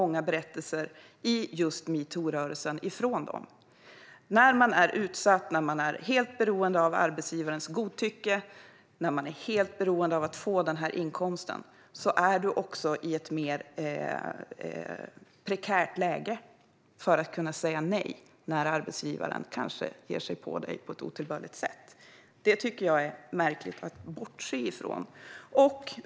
När man är utsatt, helt beroende av arbetsgivarens godtycke och helt beroende av inkomsten är man också i ett mer prekärt läge när det gäller att ska säga nej när arbetsgivaren kanske ger sig på dig på ett otillbörligt sätt. Det är märkligt att bortse från det.